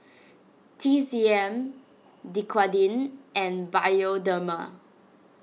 T C M Dequadin and Bioderma